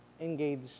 engaged